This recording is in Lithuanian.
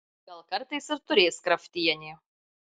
gal kartais ir turės kraftienė